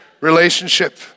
relationship